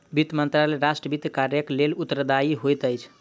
वित्त मंत्रालय राष्ट्र वित्त कार्यक लेल उत्तरदायी होइत अछि